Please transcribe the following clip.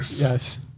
Yes